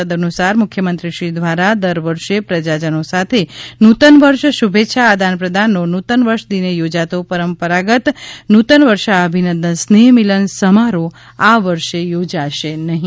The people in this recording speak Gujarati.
તદઅનુસાર મુખ્યમંત્રીશ્રી દ્વારા દર વર્ષે પ્રજાજનો સાથે નૂતનવર્ષ શુભેચ્છા આદાન પ્રદાનનો નૂતનવર્ષ દિને યોજાતો પરંપરાગત નૂતન વર્ષાભિનંદન સ્નેહ મિલન સમારોહ આ વર્ષે યોજાશે નહિ